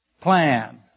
plan